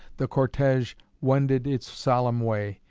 the cortege wended its solemn way,